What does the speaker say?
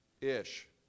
Ish